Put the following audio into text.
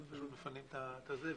פשוט מפנים את הזבל.